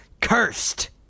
cursed